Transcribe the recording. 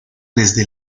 desde